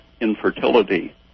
infertility